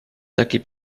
taki